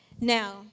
Now